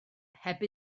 heb